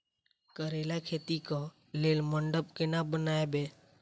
करेला खेती कऽ लेल मंडप केना बनैबे?